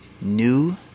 New